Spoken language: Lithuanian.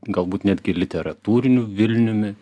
galbūt netgi literatūriniu vilniumi